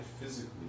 physically